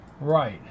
Right